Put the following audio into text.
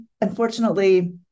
unfortunately